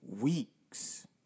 weeks